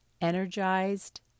energized